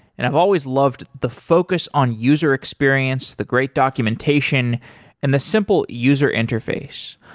and i've always loved the focus on user experience, the great documentation and the simple user interface.